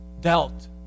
dealt